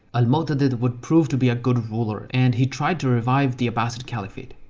al-mu'tadid would prove to be a good ruler and he tried to revive the abbasid caliphate.